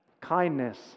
Kindness